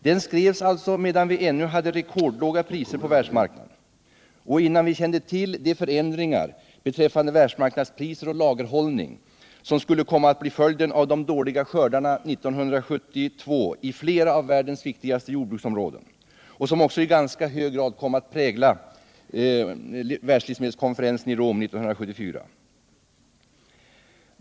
Den skrevs medan vi ännu hade rekordlåga priser på världsmarknaden och innan vi kände till de förändringar beträffande världsmarknadspriser och lagerhållning som skulle komma att bli följden av de dåliga skördarna 1972 i flera av världens viktigaste jordbruksområden och som också i ganska hög grad skulle komma att sätta sin prägel på världslivsmedelskonferensen i Rom 1974.